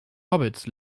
hobbits